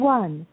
one